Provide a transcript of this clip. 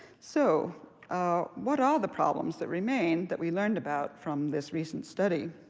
so what are the problems that remain that we learned about from this recent study?